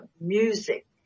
music